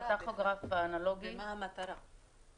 ומה המטרה בכלל.